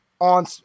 on